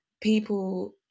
people